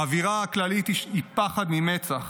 האווירה הכללית היא פחד ממצ"ח.